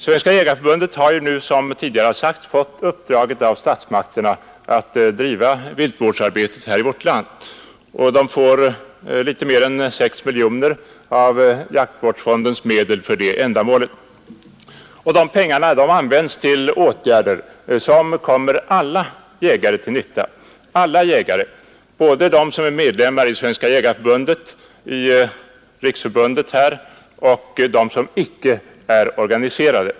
Svenska jägareförbundet har, som tidigare sagts, fått uppdraget av statsmakterna att driva viltvårdsarbetet i vårt land och får litet mer än 6 miljoner kronor av jaktvårdsfondens medel för detta ändamål. De pengarna används till åtgärder som är till nytta för alla jägare, både medlemmar i Svenska jägareförbundet, medlemmar i Jägarnas riksförbund-Landsbygdens jägare och de som inte är organiserade.